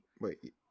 wait